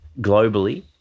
globally